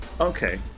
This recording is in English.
Okay